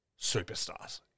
superstars